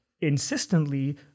insistently